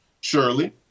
surely